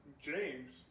James